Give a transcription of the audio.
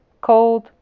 cold